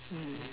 mm